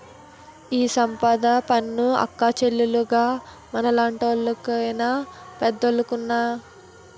ఈ సంపద పన్ను అక్కచ్చాలుగ మనలాంటోళ్లు కేనా పెద్దోలుకున్నా